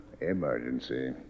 Emergency